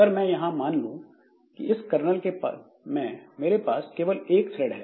अगर मैं यहां मान लूं कि इस कर्नल में मेरे पास केवल एक थ्रेड है